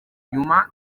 nyuma